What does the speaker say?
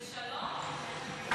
ובשלום.